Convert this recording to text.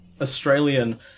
australian